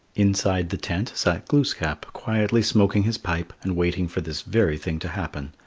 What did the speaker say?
inside the tent sat glooskap quietly smoking his pipe and waiting for this very thing to happen.